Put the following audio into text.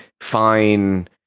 fine